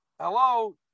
hello